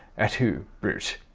et tu, brute?